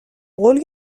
قول